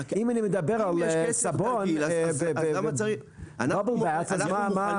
אם אני מדבר על סבון --- אם יש קצף תרגיל,